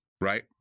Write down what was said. right